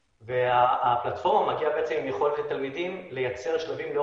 והפלטפורמה מקנה יכולת לתלמידים לייצר שלבים כאלה.